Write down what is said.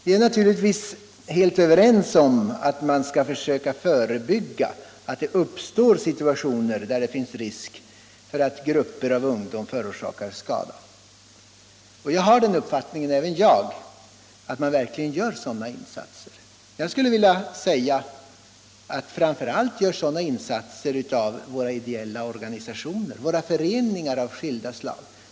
Vi är naturligtvis överens om att man skall försöka förebygga att det uppstår situationer, där det finns risk för att grupper av ungdomar förorsakar skada. Och även jag har den uppfattningen att man verkligen gör sådana insatser. Framför allt — skulle jag vilja säga — görs dessa insatser av våra ideella föreningar av olika slag.